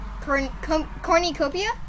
cornucopia